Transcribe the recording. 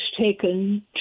taken